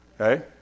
okay